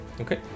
Okay